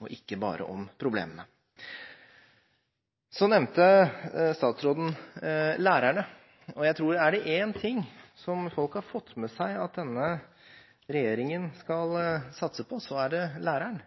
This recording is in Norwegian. og ikke bare om problemene. Statsråden nevnte lærerne. Jeg tror at er det én ting som folk har fått med seg at denne regjeringen skal satse på, er det læreren.